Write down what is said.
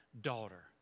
daughter